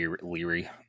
leery